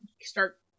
start